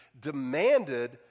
demanded